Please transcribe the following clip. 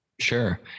Sure